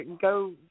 go